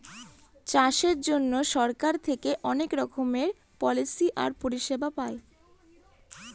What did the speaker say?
চাষের জন্য সরকার থেকে অনেক রকমের পলিসি আর পরিষেবা পায়